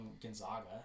Gonzaga –